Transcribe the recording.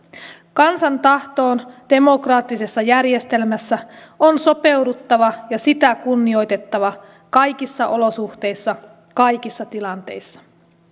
kansan tahtoon demokraattisessa järjestelmässä on sopeuduttava ja sitä kunnioitettava kaikissa olosuhteissa kaikissa tilanteissa